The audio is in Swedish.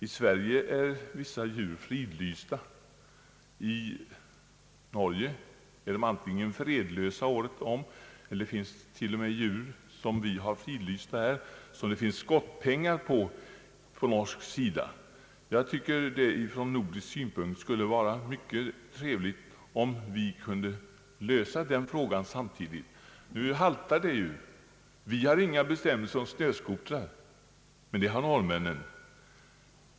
I Sverige är vissa djur fridlysta som på norska sidan är fredlösa året om. Det finns till och med djur som är fridlysta här men som det är skottpengar på i Norge. Jag tycker att det skulle vara trevligt om vi kunde få samma bestämmelser i båda länderna. För närvarande har vi inga bestämmelser om snöscooters, men det har norrmännen.